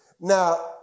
Now